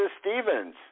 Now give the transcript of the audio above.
Stevens